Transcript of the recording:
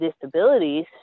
disabilities